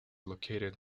located